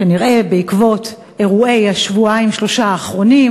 כנראה בעקבות אירועי השבועיים-שלושה האחרונים,